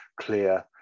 clear